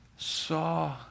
saw